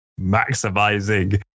maximizing